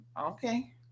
okay